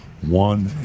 One